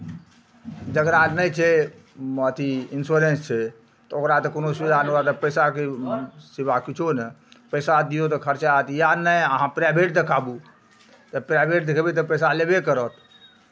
जकरा नहि छै अथी इंश्योरेंस छै तऽ ओकरा तऽ कोनो सुविधा नहि ओकरा तऽ पैसाके सिवा किछो नहि पैसा दियौ तऽ खरचा तऽ या नहि अहाँ प्राइवेट देखाबू तऽ प्राइभेट देखयबै तऽ पैसा लेबे करत